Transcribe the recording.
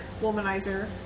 Womanizer